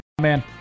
man